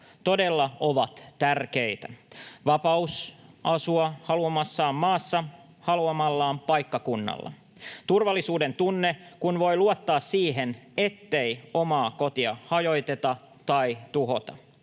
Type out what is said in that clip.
todella ovat tärkeitä: vapaus asua haluamassaan maassa, haluamallaan paikkakunnalla — turvallisuuden tunne, kun voi luottaa siihen, ettei omaa kotia hajoteta tai tuhota